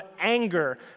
anger